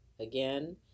Again